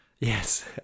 Yes